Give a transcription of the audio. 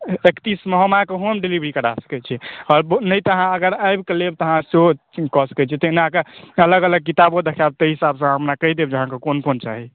एकतीसमे हम अहाँके home delivery करा सकैत छी नहि तऽ अहाँ अगर आबिकऽ लेब तऽ अहाँ सेहो कऽ सकए छी तहन अहाँके अलग अलग किताबो देखाएब तहि हिसाबसँ अहाँ हमरा कहि देब जे अहाँके कोन कोन चाही